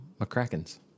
McCracken's